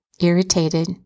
irritated